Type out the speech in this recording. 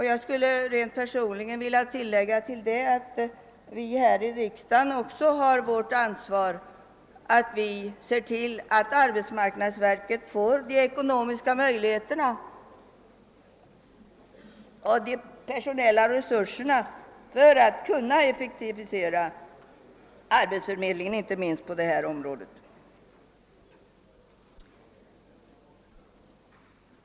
Jag vill rent personligen tillägga att vi här i riksdagen också har ett ansvar att se till att AMS får de ekonomiska möjligheterna och de personella resurserna för att kunna effektivisera arbetsförmedlingen inte minst på detta område.